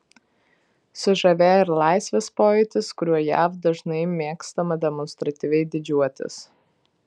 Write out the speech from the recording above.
sužavėjo ir laisvės pojūtis kuriuo jav dažnai mėgstama demonstratyviai didžiuotis